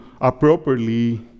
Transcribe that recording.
appropriately